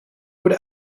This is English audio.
would